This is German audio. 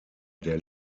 der